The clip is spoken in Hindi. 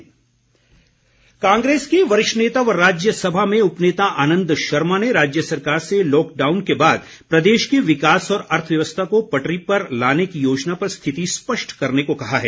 आनन्द शर्मा कांग्रेस के वरिष्ठ नेता व राज्यसभा में उपनेता आनन्द शर्मा ने राज्य सरकार से लॉकडाउन के बाद प्रदेश के विकास और अर्थव्यवस्था को पटरी पर लाने की योजना पर स्थिति स्पष्ट करने को कहा है